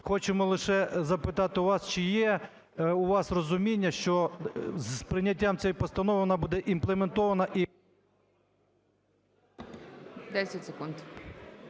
Хочемо лише запитати у вас. Чи є у вас розуміння, що з прийняттям цієї постанови вона буде імплементована і… ГОЛОВУЮЧИЙ. 10 секунд.